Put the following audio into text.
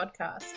podcast